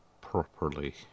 properly